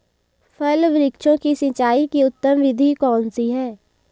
फल वृक्षों की सिंचाई की उत्तम विधि कौन सी है?